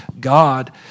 God